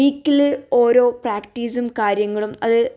വീക്കില് ഓരോ പ്രാക്റ്റീസും കാര്യങ്ങളും അത്